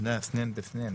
מדבר לפרוטוקול,